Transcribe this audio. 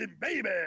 baby